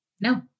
no